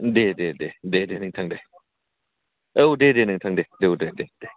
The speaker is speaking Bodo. दे दे दे दे दे नोंथां दे औ दे दे नोंथां दे औ दे दे